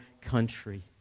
country